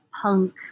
punk